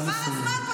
עבר הזמן.